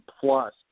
Plus